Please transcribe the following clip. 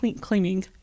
cleaning